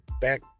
back